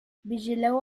vigileu